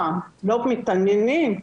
לא מתעניינים?